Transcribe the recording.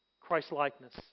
Christ-likeness